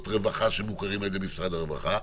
רווחה שמוכרים על ידי משרד הרווחה,